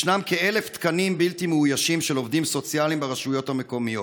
ישנם כ-1,000 תקנים בלתי מאוישים של עובדים סוציאליים ברשויות המקומיות.